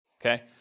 okay